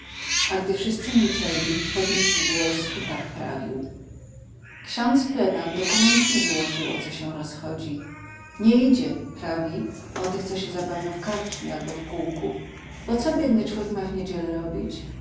a gdy wszyscy milczeli podniósł głos i tak prawił ksiądz pleban dokumentnie wyłożył o co się rozchodzi nie idzie prawi o tych co się zabawią w karczmie albo w kółku bo co biedny człek ma w niedzielę robić